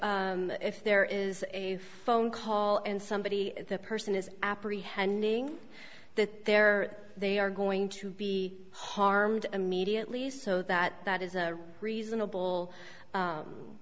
if there is a phone call and somebody the person is apprehending that there they are going to be harmed immediately so that that is a reasonable